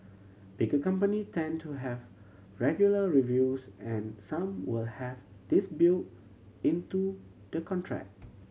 bigger company tend to have regular reviews and some will have this built into the contract